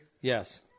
Yes